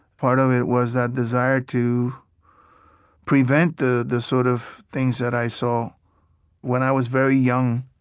part of it was that desire to prevent the the sort of things that i saw when i was very young,